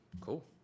Cool